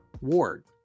Ward